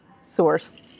source